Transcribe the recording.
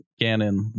ganon